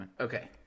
Okay